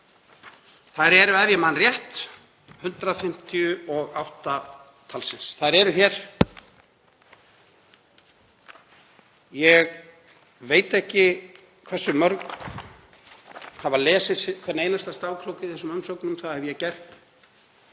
Þær eru, ef ég man rétt, 158 talsins. Ég veit ekki hversu mörg hafa lesið hvern einasta stafkrók í þessum umsögnum. Það hef ég gert